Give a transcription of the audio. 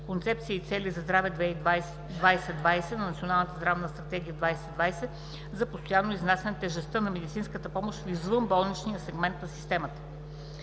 „Концепция и цели за здраве 2020“ и „Национална здравна стратегия 2020“ за постоянно изнасяне на тежестта на медицинската помощ в извънболничния сегмент на системата.